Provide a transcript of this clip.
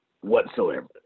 whatsoever